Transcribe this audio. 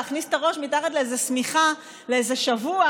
להכניס את הראש מתחת לאיזה שמיכה לאיזה שבוע,